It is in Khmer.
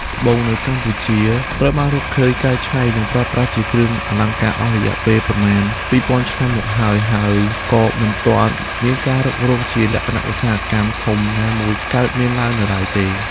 ត្បូងនៅកម្ពុជា ត្រូវបានរកឃើញ កែច្នៃ និងប្រើប្រាស់ជាគ្រឿងអលង្ការអស់រយៈពេលប្រមាណ ២០០០ឆ្នាំមកហើយ ហើយក៏មិនទាន់មានការរុករកជាលក្ខណៈឧស្សាហកម្មធំណាមួយកើតមាននៅឡើយទេ។